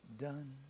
done